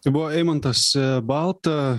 tai buvo eimantas balta